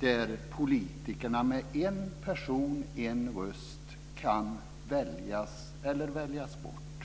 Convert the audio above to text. där politikerna genom systemet med en röst per person kan väljas eller väljas bort.